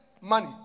money